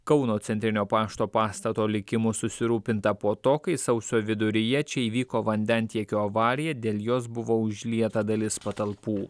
kauno centrinio pašto pastato likimu susirūpinta po to kai sausio viduryje čia įvyko vandentiekio avarija dėl jos buvo užlieta dalis patalpų